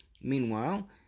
Meanwhile